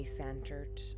centered